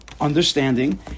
Understanding